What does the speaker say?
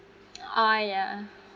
oh yeah